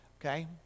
Okay